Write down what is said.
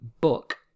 book